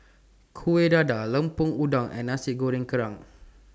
Kueh Dadar Lemper Udang and Nasi Goreng Kerang